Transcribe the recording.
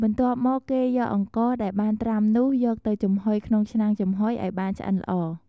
បន្ទាប់មកគេយកអង្ករដែលបានត្រាំនោះ យកទៅចំហុយក្នុងឆ្នាំងចំហុយឲ្យបានឆ្អិនល្អ។